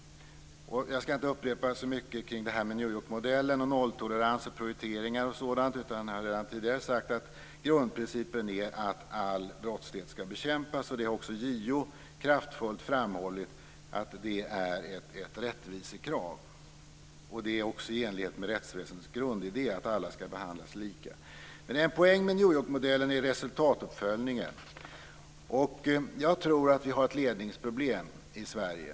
Jag skall inte upprepa så mycket kring det här med New Yorkmodellen, nolltolerans, prioriteringar osv., utan som jag tidigare har sagt är grundprincipen att all brottslighet skall bekämpas. Också JO har kraftfullt framhållit att detta är ett rättvisekrav. Det är också i enlighet med rättsväsendets grundidé att alla skall behandlas lika. Men en poäng med New York-modellen är resultatuppföljningen. Jag tror att vi har ett ledningsproblem i Sverige.